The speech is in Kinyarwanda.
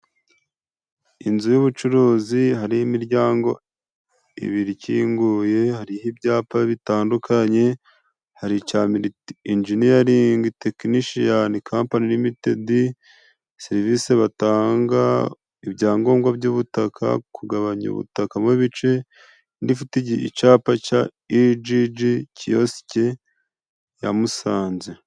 Inzu y'ubucuruzi hari imiryango ibiri ikinguye, hariho ibyapa bitandukanye: Hari ica miriti injiniyaringi tekinishiyani kampani rimitidi, serivisi batanga ibyangombwa by'ubutaka, kugabanya ubutaka mu bice, indi ifite icyapa cya ijiji kiyosiki ya Musanze.